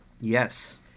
Yes